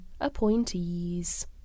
Appointees